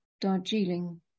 Darjeeling